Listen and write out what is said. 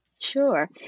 Sure